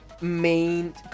main-